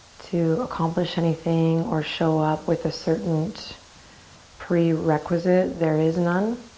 to accomplish anything or show up with a certain and prerequisite. there is none.